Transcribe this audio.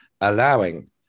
allowing